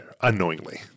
unknowingly